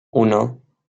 uno